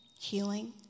healing